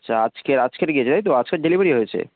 আচ্ছা আজকের আজকেরই ইয়ে তাই তো তো আজকেই ডেলিভারি হয়েছে